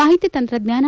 ಮಾಹಿತಿ ತಂತ್ರಜ್ಞಾನ